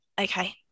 okay